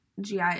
GI